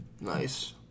nice